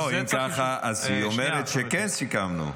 לא, אם ככה, אז היא אומרת שכן סיכמנו.